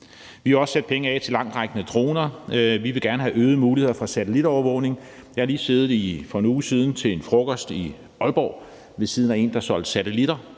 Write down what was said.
Vi vil også sætte penge af til langtrækkende droner. Vi vil gerne have øgede muligheder for satellitovervågning. Jeg har lige for en uge siden siddet til en frokost i Aalborg ved siden af en, der solgte satellitter.